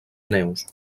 neus